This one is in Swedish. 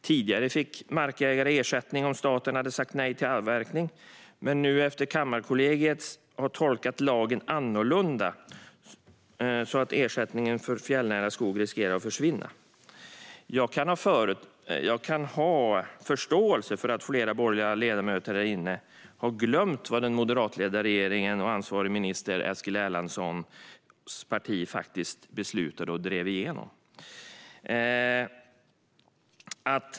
Tidigare fick markägare ersättning om staten hade sagt nej till avverkning, men nu har Kammarkollegiet tolkat lagen annorlunda så att ersättningen för fjällnära skog riskerar att försvinna. Jag kan ha förståelse för att flera borgerliga ledamöter här inne har glömt vad den moderatledda regeringen och ansvarig minister Eskil Erlandssons parti faktiskt beslutade och drev igenom.